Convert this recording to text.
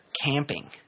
camping